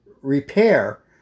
repair